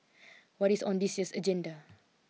what is on this year's agenda